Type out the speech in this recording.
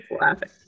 laughing